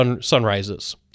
sunrises